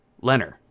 Leonard